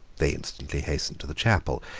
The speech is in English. they instantly hastened to the chapel.